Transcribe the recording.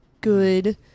good